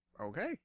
Okay